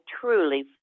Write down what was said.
truly